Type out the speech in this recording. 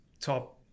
top